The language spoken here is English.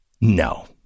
No